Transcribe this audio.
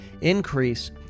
increase